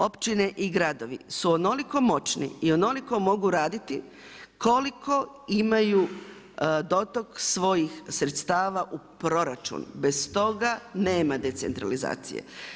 Općine i gradovi su onoliko moćni i onoliko mogu raditi koliko imaju dotok svojih sredstava u proračun, bez toga nema decentralizacije.